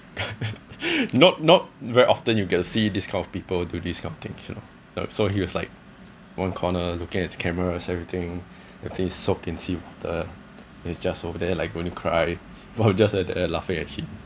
not not very often you get to see this kind of people do these kind of things you know and so he was like one corner looking at his cameras everything if they soak in seawater and he's just over there like going to cry while we just at there laughing at him